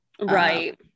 Right